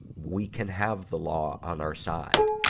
we can have the law on our side,